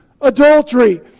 adultery